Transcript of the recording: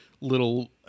little